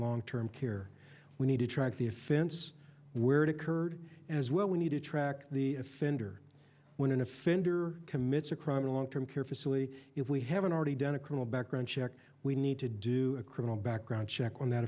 long term care we need to track the offense where it occurred as well we need to track the offender when an offender commits a crime long term care facility if we haven't already done a criminal background check we need to do a criminal background check on that